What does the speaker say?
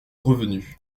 revenu